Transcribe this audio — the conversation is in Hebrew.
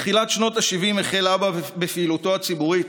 בתחילת שנות השבעים החל אבא בפעילותו הציבורית,